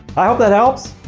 i hope that helps,